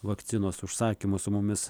vakcinos užsakymus su mumis